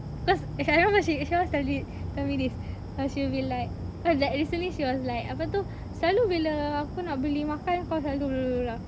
cause okay I remember she she always tell me tell me this ah she will be like cause that recently she was like apa tu selalu bila kau nak beli makan kau selalu ulang ulang ulang